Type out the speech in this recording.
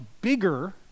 bigger